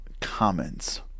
comments